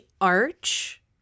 arch